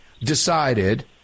decided